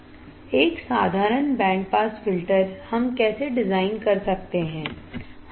एक साधारण band pass filter हम कैसे डिजाइन कर सकते हैं